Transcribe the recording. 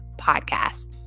podcast